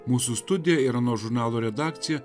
mūsų studija ir ano žurnalo redakcija